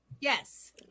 Yes